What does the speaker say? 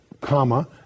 comma